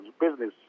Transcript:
business